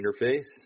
interface